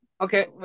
okay